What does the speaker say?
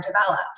developed